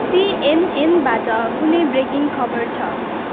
सिएनएनबाट कुनै ब्रेकिङ खबर छ